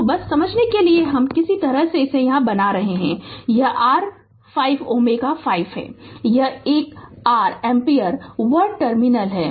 तो बस समझने के लिए हम किसी तरह इसे यहाँ बना रहे है यह r 5 Ω 5 है यह r एक एम्पीयर 1 टर्मिनल 1 है